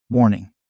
Warning